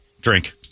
Drink